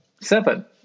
seven